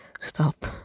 stop